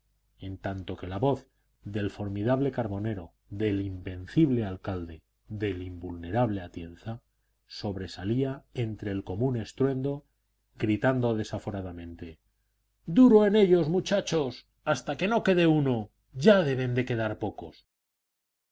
en tanto que la voz del formidable carbonero del invencible alcalde del invulnerable atienza sobresalía entre el común estruendo gritando desaforadamente duro en ellos muchachos hasta que no quede uno ya deben de quedar pocos